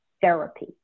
therapy